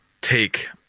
take